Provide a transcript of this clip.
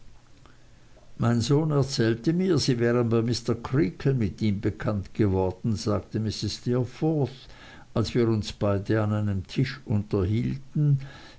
mein sohn erzählte mir sie wären bei mr creakle mit ihm bekannt geworden sagte mrs steerforth als wir uns beide an einem tisch unterhielten